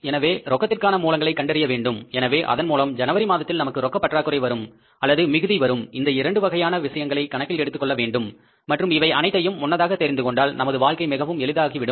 எனவே ரொக்கத்திற்கான மூலங்களை கண்டறிய வேண்டும் எனவே அதன் மூலம் ஜனவரி மாதத்தில் நமக்கு ரொக்க பற்றாக்குறை வரும் அல்லது மிகுதி வரும் இந்த இரண்டு வகையான விஷயங்களையும் கணக்கிற்கு எடுத்துக் கொள்ள வேண்டும் மற்றும் இவை அனைத்தையும் முன்னதாக தெரிந்துகொண்டால் நமது வாழ்க்கை மிகவும் எளிமையானதாக ஆகிவிடும்